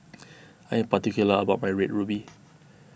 I am particular about my Red Ruby